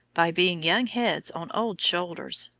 by being young heads on old shoulders,